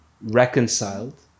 reconciled